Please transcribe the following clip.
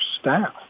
staff